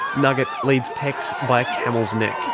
nugget leads tex by a camel's neck.